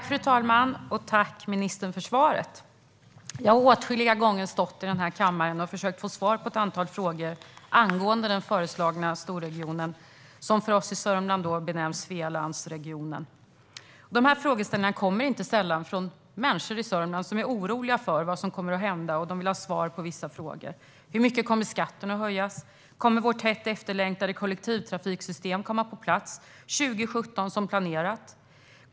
Fru talman! Jag tackar ministern för svaret. Jag har åtskilliga gånger stått i den här kammaren och försökt få svar på ett antal frågor angående den föreslagna storregionen som för oss i Sörmland benämns Svealandsregionen. Dessa frågor kommer inte sällan från människor i Sörmland som är oroliga för vad som kommer att hända, och de vill ha svar på vissa frågor: Hur mycket kommer skatten att höjas? Kommer vårt hett efterlängtade kollektivtrafiksystem att komma på plats 2017 som planerat?